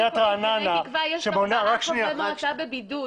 לגני תקווה יש ארבעה חברי מועצה בבידוד.